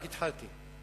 רק התחלתי.